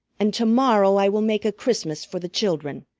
and to-morrow i will make a christmas for the children.